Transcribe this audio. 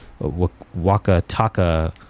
Wakataka